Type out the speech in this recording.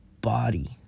body